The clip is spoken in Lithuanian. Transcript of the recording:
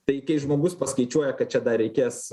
tai kai žmogus paskaičiuoja kad čia dar reikės